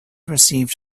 received